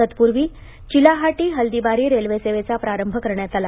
तत्पूर्वी चीलाहाटी हल्दीबारी रेल्वे सेवेचा प्रारंभ करण्यात आला